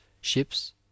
ships